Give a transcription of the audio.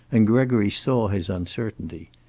and gregory saw his uncertainty.